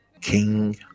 king